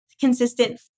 consistent